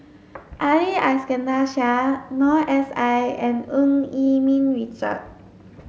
Ali Iskandar Shah Noor S I and Eu Yee Ming Richard